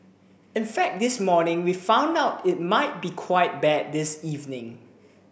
in fact this morning we found out it might be quite bad this evening